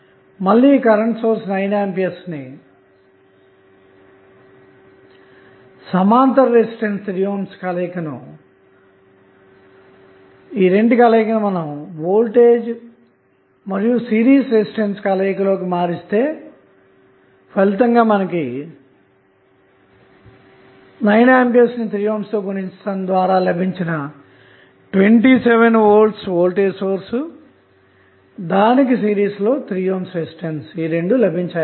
మళ్ళీ ఈ current source సమాంతర రెసిస్టెన్స్ కలయిక ను వోల్టేజ్ సిరీస్ రెసిస్టెన్స్ కలయిక లోకి మారిస్తే ఫలితంగా 9A ని 3 ohm తో గుణించటం ద్వారా 27 V వోల్టేజ్ సోర్స్ సిరీస్లో 3 ohm రెసిస్టెన్స్ లభించాయన్నమాట